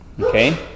Okay